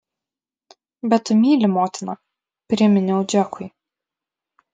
bet tu myli motiną priminiau džekui